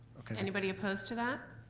okay. anybody opposed to that?